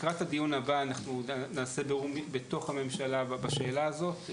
לקראת הדיון הבא נעשה בירור בתוך הממשלה בשאלה הזאת,